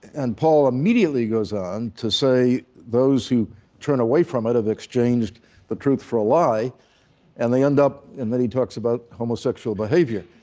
and paul immediately goes on to say those who turn away from it have exchanged the truth for a lie and they end up and then he talks about homosexual behavior.